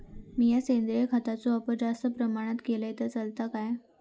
मीया सेंद्रिय खताचो वापर जास्त प्रमाणात केलय तर चलात काय?